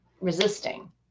resisting